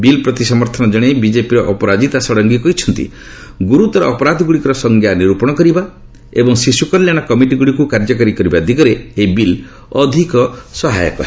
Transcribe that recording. ବିଲ୍ପ୍ରତି ସମର୍ଥନ ଜଣାଇ ବିଜେପିର ଅପରାଜିତା ଷଡ଼ଙ୍ଗୀ କହିଛନ୍ତି ଗୁରୁତର ଅପରାଧ ଗୁଡ଼ିକର ସଂଜ୍ଞା ନିରୁପଣ କରିବା ଏବଂ ଶିଶୁ କଲ୍ୟାଣ କମିଟିଗୁଡ଼ିକୁ କାର୍ଯ୍ୟକାରୀ କରିବା ଦିଗରେ ଏହି ବିଲ୍ ଅଧିକ ସହାୟକ ହେବ